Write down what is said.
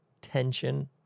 tension